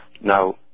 Now